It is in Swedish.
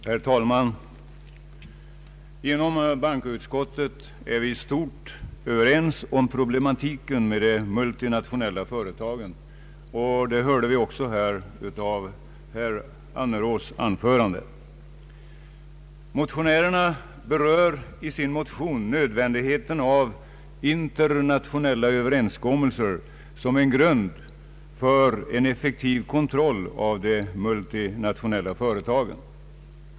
Herr talman! Inom bankoutskottet är vi i stort överens om problematiken när det gäller de multinationella företagen, och det framgick också av herr Annerås anförande. Motionärerna berör i sin motion nödvändigheten av internationella överenskommelser som en grund för en effektiv kontroll av de multinationella företagen.